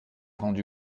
rendu